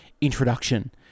Introduction